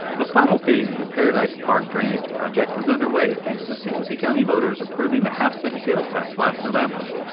the final phase of the paradise park drainage project is underway thanks to st. lucie county voters approving the half cent sales tax last november.